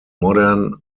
modern